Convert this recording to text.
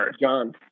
John